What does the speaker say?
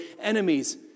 enemies